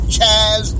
Chaz